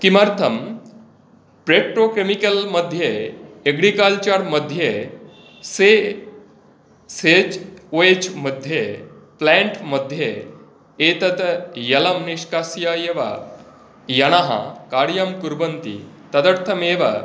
किमर्थं पेट्रोकेमिकल् मध्ये एग्रिकल्चर् मध्ये सेच् ओ एच् मध्ये प्लेन्ट् मध्ये एतत् जलं निष्कास्य एव जनः कार्यं कुर्वन्ति तदर्थमेव